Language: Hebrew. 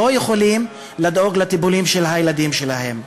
שלא יכולים לדאוג לטיפולים של הילדים שלהם.